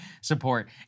support